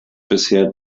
bisher